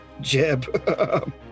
Jeb